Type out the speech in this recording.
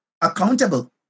accountable